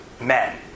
men